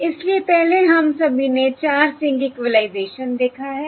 इसलिए पहले हम सभी ने 4 सिंक इक्विलाइज़ेशन देखा है